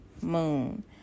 moon